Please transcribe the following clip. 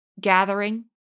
gathering